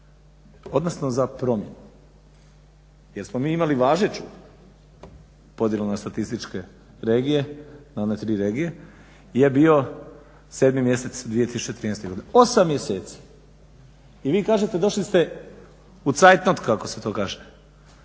odnosno za promjenu, jer smo mi imali važeću podjelu na statističke regije, na one tri regije je bio 7 mjesec 2013. godine. 8 mjeseci i vi kažete došli ste u zeitnot kako se to kaže.